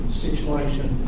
situation